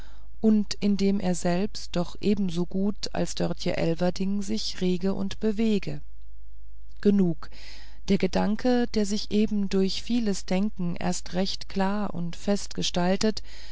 und in dem er selbst doch ebenso gut als dörtje elverdink sich rege und bewege genug der gedanke der sich eben durch vieles denken erst recht klar und fest gestaltete